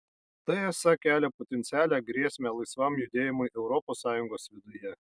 tai esą kelia potencialią grėsmę laisvam judėjimui europos sąjungos viduje